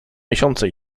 miesiące